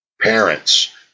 Parents